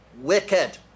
wicked